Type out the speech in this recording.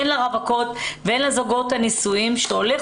הן לרווקות והן לזוגות הנשואים שהולך